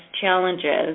Challenges